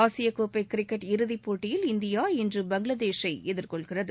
ஆசியக் கோப்பை கிரிக்கெட் இறுதிப் போட்டியில்இந்தியாஇன்று பங்களாதேஷை எதிர்கொள்கிறது